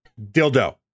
Dildo